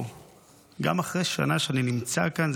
גם אחרי שנה שאני נמצא כאן,